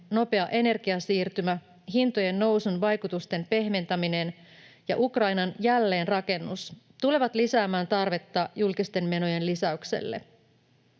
nopea energiasiirtymä, hintojen nousun vaikutusten pehmentäminen ja Ukrainan jälleenrakennus tulevat lisäämään tarvetta julkisten menojen lisäykselle.